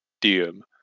Diem